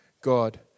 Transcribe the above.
God